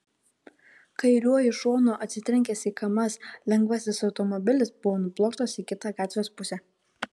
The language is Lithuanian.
kairiuoju šonu atsitrenkęs į kamaz lengvasis automobilis buvo nublokštas į kitą gatvės pusę